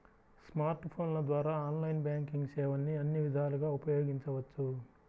smart ఫోన్ల ద్వారా online banking సేవల్ని అన్ని విధాలుగా ఉపయోగించవచ్చు